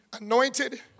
anointed